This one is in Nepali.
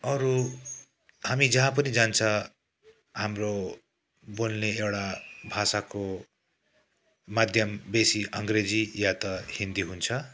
अरू हामी जहाँ पनि जान्छ हाम्रो बोल्ने एउटा भाषाको माध्यम बेसी अङ्ग्रेजी या त हिन्दी हुन्छ